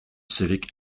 civic